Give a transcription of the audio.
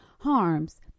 harms